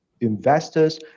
investors